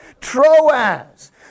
Troas